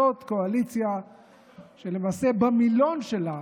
זאת קואליציה שלמעשה במילון שלה,